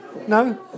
No